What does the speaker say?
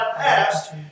past